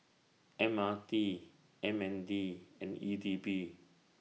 M R T M N D and E D B